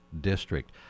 District